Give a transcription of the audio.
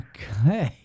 Okay